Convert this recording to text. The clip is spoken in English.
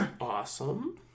Awesome